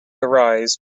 arise